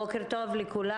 בוקר טוב לכולם.